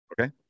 okay